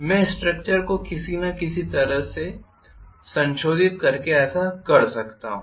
मैं स्ट्रक्चर को किसी न किसी तरह से संशोधित करके ऐसा कर सकता हूं